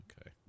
Okay